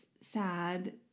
sad